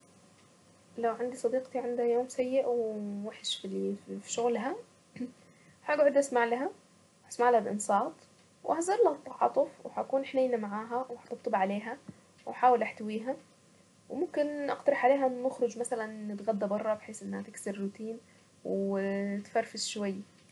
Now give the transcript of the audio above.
لو عندي صديقتي عندها يوم سىء ووحش في شغلها، هقعد اسمع، اسمع لها بإنصات وهظهرلها التعاطف وهكون حنينة معاها واطبطب عليها واحاول أحتويها وممكن اقترح عليها نخرج مثلا نتغدى برا بحيث انها تكسر روتين وتفرفش شوية.